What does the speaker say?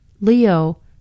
Leo